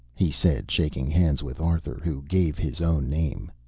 he said, shaking hands with arthur, who gave his own name.